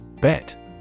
Bet